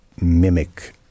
mimic